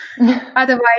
otherwise